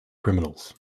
criminals